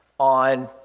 on